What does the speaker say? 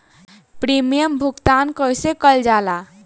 Premium भुगतान कइसे कइल जाला?